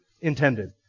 intended